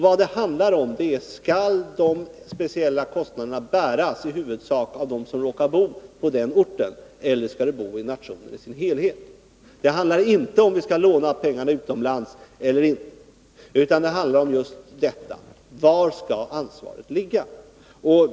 Vad det handlar om är: Skall dessa speciella kostnader bäras i huvudsak av dem som råkar bo på den orten, eller skall de bäras av hela nationen? Frågan är inte om vi skall låna pengar utomlands eller inte, utan den är: Var skall ansvaret ligga?